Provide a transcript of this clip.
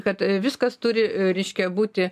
kad viskas turi e reiškia būti